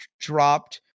dropped